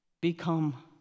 become